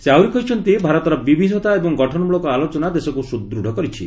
ସେ ଆହୁରି କହିଛନ୍ତି ଭାରତର ବିବିଧତା ଏବଂ ଗଠନମୂଳକ ଆଲୋଚନା ଦେଶକୁ ସୁଦୃଢ଼ କରିଛି